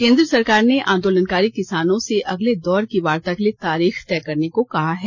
केन्द्र सरकार ने आंदोलनकारी किसानों से अगले दौर की वार्ता के लिए तारीख तय करने को कहा है